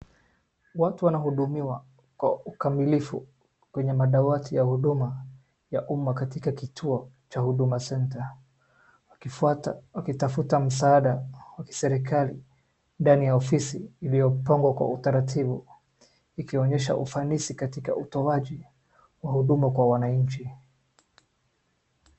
Watu wanahudumiwa kwa ukamikifu kwenye madawati ya huduma ya uma katuka kituo cha Huduma Center .Waakifuata ,wakitafuta msaada wa serikali ndani ya ofisi iliiopangwa kwa utaratibu , ikionyesha ufanisi katika utoaji wa huduma kwa wananchi.